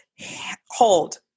hold